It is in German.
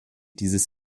dieses